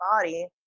body